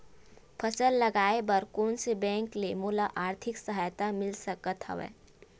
फसल लगाये बर कोन से बैंक ले मोला आर्थिक सहायता मिल सकत हवय?